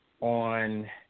On